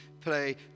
play